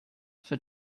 for